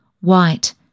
white